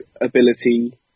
ability